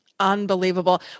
Unbelievable